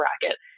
bracket